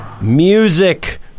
music